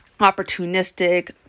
opportunistic